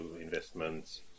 investments